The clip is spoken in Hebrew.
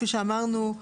כפי שאמרנו,